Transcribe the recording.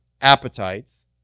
appetites